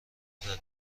زده